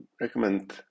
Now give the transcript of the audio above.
recommend